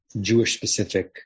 Jewish-specific